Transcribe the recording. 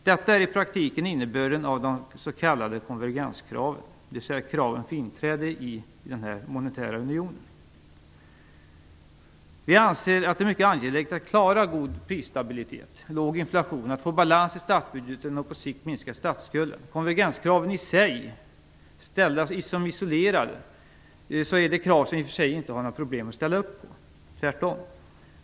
Detta är i praktiken innebörden av de s.k. konvergenskraven, dvs. kraven för inträde i den monetära unionen. Vi anser att det är mycket angeläget att klara en god prisstabilitet, låg inflation, att få balans i statsbudgeten och på sikt minska statsskulden. Konvergenskraven i sig, som isolerade, är det inte några problem med att ställa upp på, tvärtom.